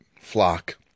flock